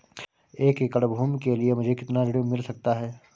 एक एकड़ भूमि के लिए मुझे कितना ऋण मिल सकता है?